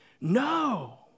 No